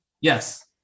Yes